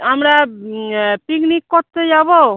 আমরা পিকনিক করতে যাবো